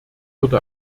würde